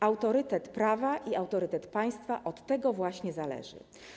Autorytet prawa i autorytet państwa od tego właśnie zależą.